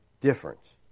difference